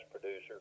producer